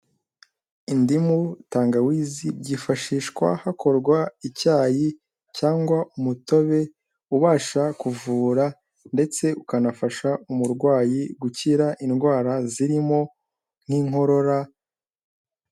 Indimu tangawizi byifashishwa hakorwa icyayi cyangwa umutobe, ubasha kuvura ndetse ukanafasha umurwayi gukira indwara zirimo nk'inkorora...